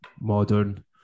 modern